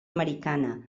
americana